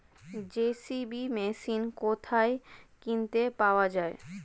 JCB machine কোথায় কিনতে পাওয়া যাবে?